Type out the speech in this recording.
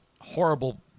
horrible